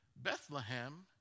Bethlehem